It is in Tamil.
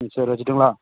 ம் சரி வச்சிடட்டுங்களா